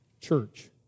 church